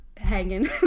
hanging